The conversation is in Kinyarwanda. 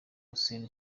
hussein